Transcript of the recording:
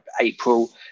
april